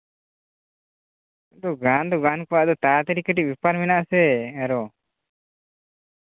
ᱜᱟᱱ ᱫᱚ ᱜᱟᱱ ᱠᱚᱜᱼᱟ ᱛᱟᱲᱟᱛᱟᱲᱤ ᱵᱮᱯᱟᱨ ᱢᱮᱱᱟᱜ ᱟᱥᱮ ᱟᱫᱚ